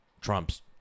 Trump's